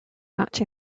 much